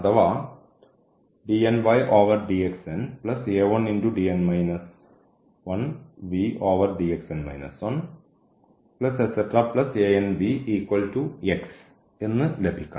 അഥവാ എന്ന് ലഭിക്കണം